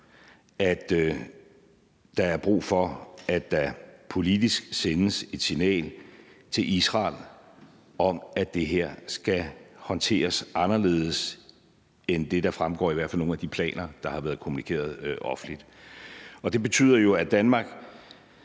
at der er brug for, at der politisk sendes et signal til Israel om, at det her skal håndteres anderledes end det, der i hvert fald fremgår af nogle af de planer, der har været kommunikeret offentligt. Det betyder, at Danmark